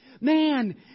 Man